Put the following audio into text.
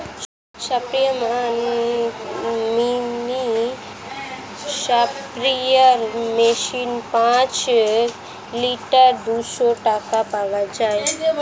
স্পেয়ারম্যান mini sprayer machine পাঁচ litre দুইশো টাকায় পাওয়া যায়